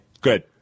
Good